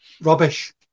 Rubbish